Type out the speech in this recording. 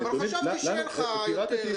אבל חשבתי שיהיו לך יותר.